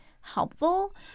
helpful